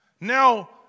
Now